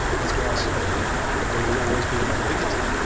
that's why i say there will always be another bigotry